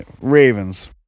Ravens